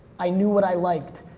i knew what i liked.